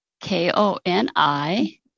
k-o-n-i